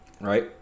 right